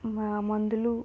మా మందులు